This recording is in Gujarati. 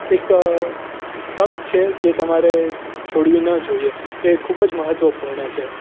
એક તક છે જે તમારે છોડવી ન જોઈએ એ ખૂબ જ મહત્ત્વપૂર્ણ છે